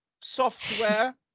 software